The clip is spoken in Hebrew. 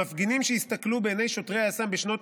המפגינים שהסתכלו בעיני שוטרי היס"מ בשנות